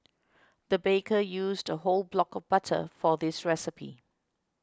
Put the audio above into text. the baker used a whole block of butter for this recipe